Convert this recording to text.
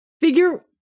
figure